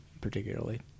particularly